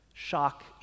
shock